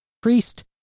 priest